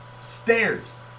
stairs